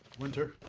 wynter?